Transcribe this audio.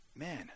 man